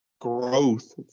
growth